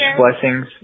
blessings